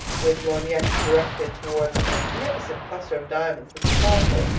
with lorgnette directed toward a magnificent cluster of diamonds that sparkled,